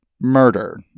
murder